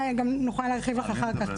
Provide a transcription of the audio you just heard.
ונוכל להרחיב אחר כך.